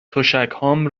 تشکهام